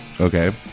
Okay